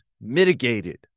mitigated